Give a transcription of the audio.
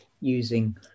using